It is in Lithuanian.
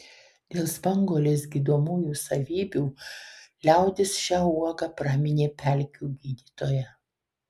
dėl spanguolės gydomųjų savybių liaudis šią uogą praminė pelkių gydytoja